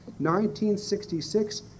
1966